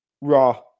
raw